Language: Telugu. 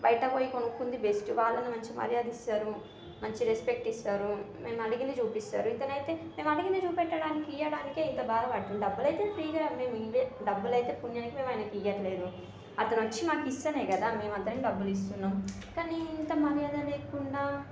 బయట పోయి కొనుక్కుంది బెస్ట్ వాళ్ళైనా మంచిగా మర్యాద ఇస్తారు మంచిగా రెస్పెక్ట్ ఇస్తారు మేము అడిగింది చూపిస్తారు ఇతనైతే మేము అడిగింది చూపెట్టడానికి ఇవ్వడానికే ఇంత బాధ పడుతున్నాడు డబ్బులు అయితే ఫ్రీగా మేము డబ్బులు అయితే పుణ్యానికి మేము ఆయనకి ఇవ్వట్లేదు అతను వచ్చి మాకు ఇస్తనే కదా మేము అతనికి డబ్బులు ఇస్తున్నాము కానీ ఇంత మర్యాద లేకుండా